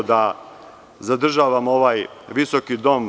Ne bih da zadržavam ovaj visoki dom.